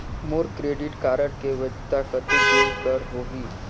मोर credit card के वैधता कतेक दिन कर होही?